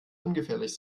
ungefährlich